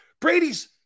Brady's